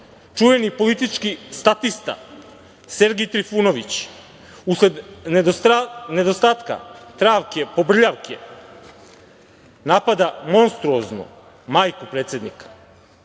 čuveni politički statista Sergej Trifunović, usled nedostatka travke pobrljavke, napada monstruozno majku predsednika.